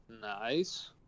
Nice